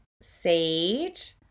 sage